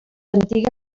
antiga